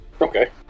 Okay